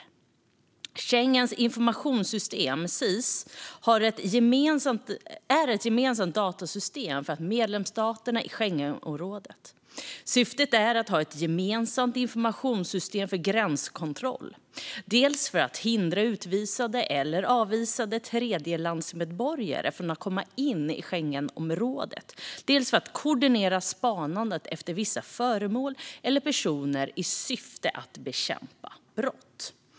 Schengens informationssystem, SIS, är ett gemensamt datasystem för medlemsstaterna i Schengenområdet. Syftet är att ha ett gemensamt informationssystem för gränskontroll, dels för att hindra utvisade eller avvisade tredjelandsmedborgare från att komma in i Schengenområdet, dels för att koordinera spanandet efter vissa föremål eller personer i syfte att bekämpa brott.